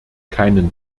keinen